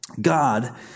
God